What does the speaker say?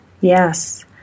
yes